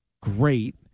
great